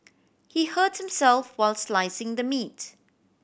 he hurt himself while slicing the meat